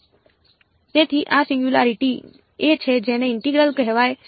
તેથી આ સિંગયુંલારીટી એ છે જેને ઇન્ટેગ્રલ કહેવાય છે